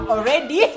Already